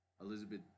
Elizabeth